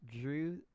Drew